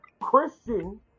Christian